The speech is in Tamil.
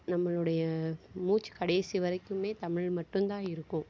நம்மளுடைய மூச்சு கடைசி வரைக்குமே தமிழ் மட்டும் தான் இருக்கும்